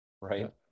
right